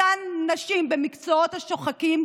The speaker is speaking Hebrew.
אותן נשים במקצועות השוחקים,